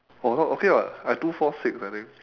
!wah! not okay what I two four six I think